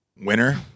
Winner